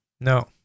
No